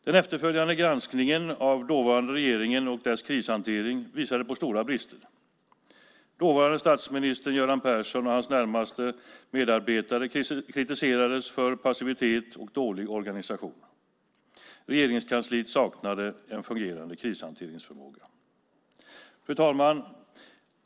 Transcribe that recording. Den efterföljande granskningen av dåvarande regeringen och dess krishantering visade på stora brister. Dåvarande statsministern Göran Persson och hans närmaste medarbetare kritiserades för passivitet och dålig organisation. Regeringskansliet saknade en fungerande krishanteringsförmåga. Fru talman!